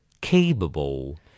Capable